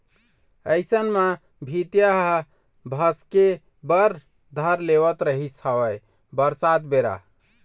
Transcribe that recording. अइसन म भीतिया ह भसके बर धर लेवत रिहिस हवय बरसात बेरा